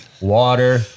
water